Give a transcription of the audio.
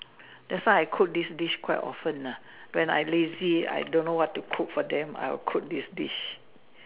that's why I cook this dish quite often ah when I lazy I don't know what to cook for them I'll cook this dish